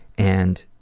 and